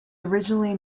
originally